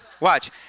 watch